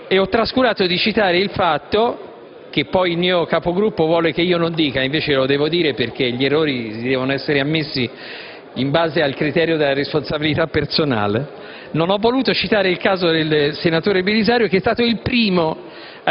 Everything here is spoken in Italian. ho trascurato di citare il fatto che il mio Capogruppo vuole che io non ricordi (invece lo voglio dire, perché gli errori devono essere ammessi in base al criterio della responsabilità personale) che il senatore Belisario è stato il primo